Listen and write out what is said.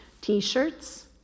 T-shirts